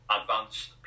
advanced